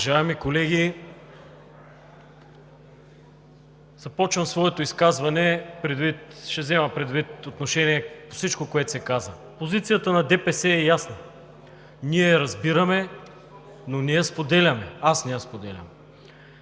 Уважаеми колеги, започвам своето изказване и ще взема предвид всичко, което се каза. Позицията на ДПС е ясна. Ние я разбираме, но не я споделяме, аз не я споделям